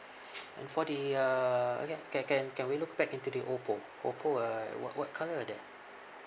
and for the uh okay can can can we look back into the oppo oppo uh what what colour are there